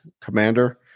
commander